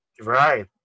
Right